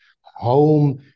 home